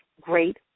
great